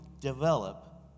develop